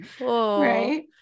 Right